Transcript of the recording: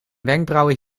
wenkbrauwen